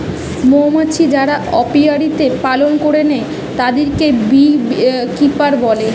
মৌমাছি যারা অপিয়ারীতে পালন করেটে তাদিরকে বী কিপার বলে